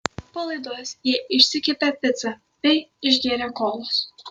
po laidos jie išsikepė picą bei išgėrė kolos